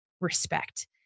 respect